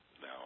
now